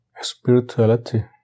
Spirituality